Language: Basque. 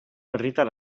herritar